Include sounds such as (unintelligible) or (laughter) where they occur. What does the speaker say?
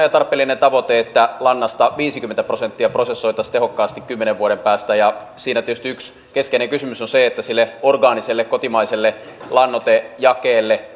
(unintelligible) ja tarpeellinen tavoite että lannasta viisikymmentä prosenttia prosessoitaisiin tehokkaasti kymmenen vuoden päästä siinä tietysti yksi keskeinen kysymys on se että sille orgaaniselle kotimaiselle lannoitejakeelle (unintelligible)